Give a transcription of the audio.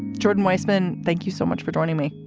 jordan weisman, thank you so much for joining me.